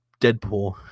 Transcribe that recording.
Deadpool